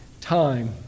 time